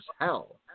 hell